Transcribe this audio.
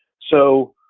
so,